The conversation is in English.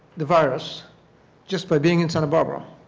the virus just by being in santa barbara